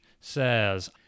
says